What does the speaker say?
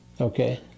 Okay